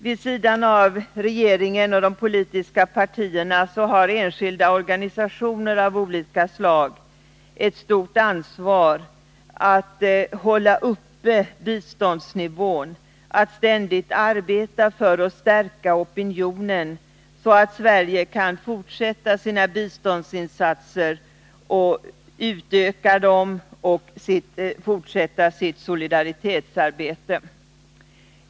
Vid sidan av regeringen och de politiska partierna har enskilda organisationer av olika slag ett stort ansvar för att hålla uppe biståndsnivån, att ständigt arbeta för och stärka opinionen, så att Sverige kan fortsätta och utöka sina biståndsinsatser och sitt solidaritetsarbete.